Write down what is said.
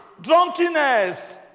drunkenness